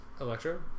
Electro